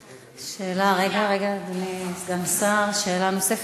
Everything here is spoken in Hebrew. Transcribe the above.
רגע, אדוני סגן השר, שאלה נוספת.